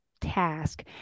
task